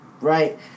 right